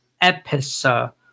episode